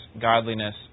godliness